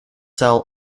sell